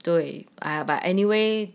对 but anyway